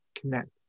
connect